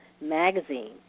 Magazine